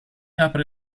apre